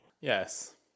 Yes